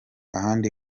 ahandi